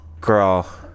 girl